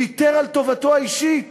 ויתר על טובתו האישית